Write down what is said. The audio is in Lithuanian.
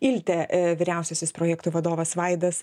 iltė vyriausiasis projektų vadovas vaidas